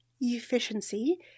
efficiency